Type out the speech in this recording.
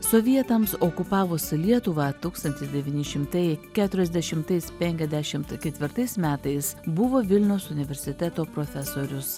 sovietams okupavus lietuvą tūkstantis devyni šimtai keturiasdešimtais penkiasdešimt ketvirtais metais buvo vilniaus universiteto profesorius